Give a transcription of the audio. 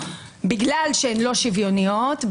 כי הן לא שוויוניות,